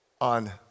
on